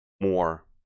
more